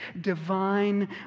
divine